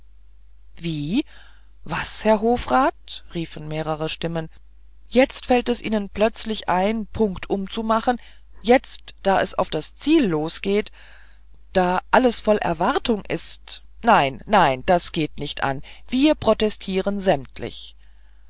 wie was herr hofrat riefen mehrere stimmen jetzt fällt es ihnen plötzlich ein punktum zu machen jetzt da es auf das ziel losgeht da alles voll erwartung ist nein nein das geht nicht an wir protestieren sämtlich